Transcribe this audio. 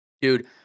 Dude